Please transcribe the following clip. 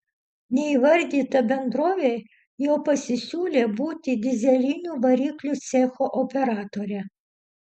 neįvardyta bendrovė jau pasisiūlė būti dyzelinių variklių cecho operatore